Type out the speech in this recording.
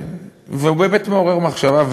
ובאמת זה מעורר מחשבה,